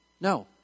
No